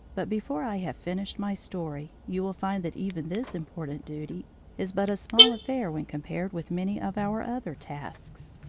but before i have finished my story, you will find that even this important duty is but a small affair when compared with many of our other tasks.